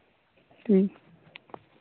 ᱦᱩᱸ